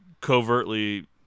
covertly